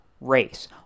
race